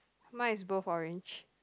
mine is both orange